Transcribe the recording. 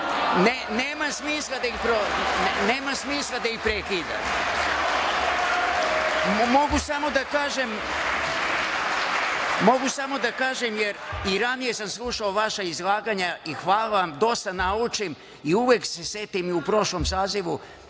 nema smisla da ih prekidam. Mogu samo da kažem, i ranije sam slušao vaša izlaganja i hvala vam, dosta naučim, uvek se setim u prošlom sazivu